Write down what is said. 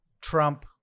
trump